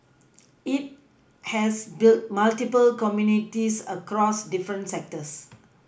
it has built multiple communities across different sectors